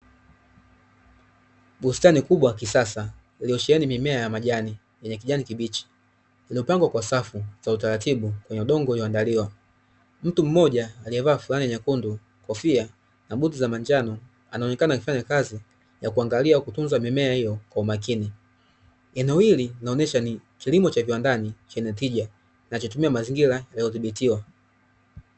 Bustani kubwa ya kisasa iliyosheheni mimea ya majani yenye kijani kibichi, iliopangwa kwa safu za utaratibu kwenye udongo uliioandaliwa. Mtu mmoja aliyevaa fulana nyekundu, kofia na buti za manjano anaonekana akifanya kazi ya kuangalia kutunza mimea hiyo kwa umakini. Eneo hili linaonesha ni kilimo cha kiwandani chenye tija na kinatumia mazingira yaliyodhibitiwa.